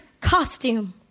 costume